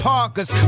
Parkers